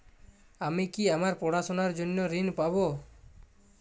আমি কি আমার পড়াশোনার জন্য ঋণ পাব?